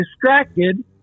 distracted